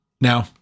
Now